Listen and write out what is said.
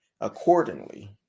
accordingly